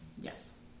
Yes